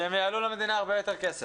והם יעלו למדינה הרבה יותר כסף.